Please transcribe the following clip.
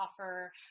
offer